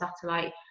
satellite